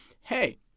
hey